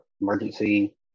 emergency